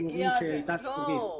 אני שמח שהדבר מקבל ביטוי.